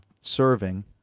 serving